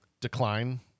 Decline